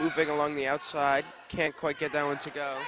moving along the outside can't quite get down to go